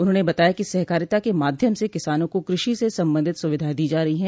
उन्होने बताया कि सहकारिता के माध्यम से किसानों को कृषि से संबंधित सुविधायें दी जा रही हैं